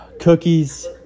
cookies